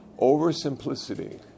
oversimplicity